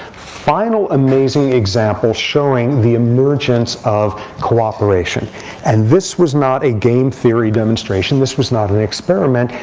final amazing example showing the emergence of cooperation and this was not a game theory demonstration. this was not an experiment.